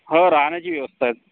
हो राहण्याची व्यवस्था आहे